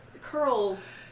curls